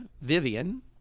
Vivian